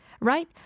right